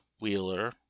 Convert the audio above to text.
Wheeler